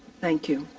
thank you.